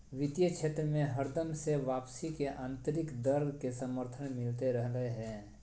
वित्तीय क्षेत्र मे हरदम से वापसी के आन्तरिक दर के समर्थन मिलते रहलय हें